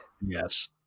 Yes